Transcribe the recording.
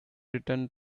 returned